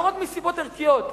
לא רק מסיבות ערכיות,